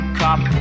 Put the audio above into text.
cop